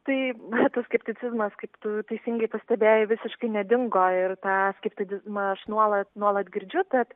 tai na tas skepticizmas kaip tu teisingai pastebėjai visiškai nedingo ir tą skepticizmą aš nuolat nuolat girdžiu tad